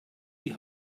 die